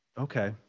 Okay